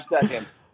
seconds